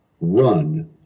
run